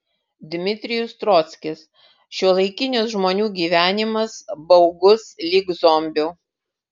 dmitrijus trockis šiuolaikinis žmonių gyvenimas baugus lyg zombių